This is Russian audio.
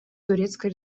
турецкой